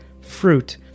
fruit